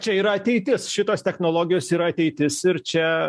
čia yra ateitis šitos technologijos yra ateitis ir čia